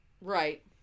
Right